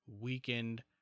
weakened